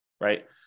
right